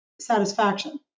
satisfaction